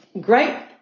great